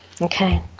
Okay